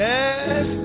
Yes